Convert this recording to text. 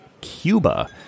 Cuba